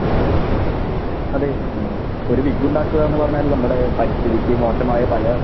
അതെ ഒരു വിഗുണ്ടാക്കുകാന്ന് പറഞ്ഞാൽ നമ്മുടെ പരിസ്ഥിതിക്ക് മോശമായ പല